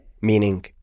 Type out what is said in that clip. meaning